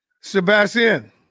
Sebastian